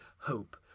hope